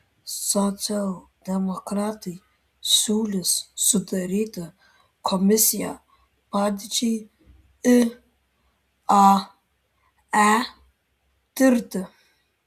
socialdemokratai siūlys sudaryti komisiją padėčiai iae tirti